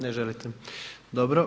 Ne želite, dobro.